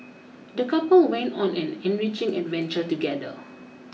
the couple went on an enriching adventure together